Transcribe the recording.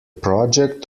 project